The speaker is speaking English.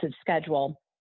schedule